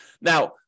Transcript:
Now